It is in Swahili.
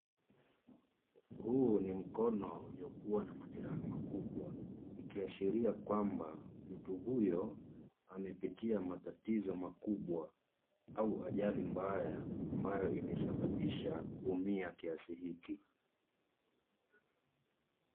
Huu ni mkono uliokuwa na majereha makubwa ikiashiria kwamba mtu huyo amepitia matatizo makubwa au ajali mbaya ambayo imesababisha kuumia kiasi hiki.